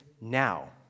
now